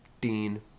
Dean